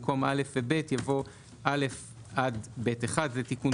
במקום "(א) ו-(ב)" יבוא "(א) עד (ב1)"." זה תיקון